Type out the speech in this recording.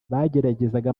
bageragezaga